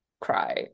cry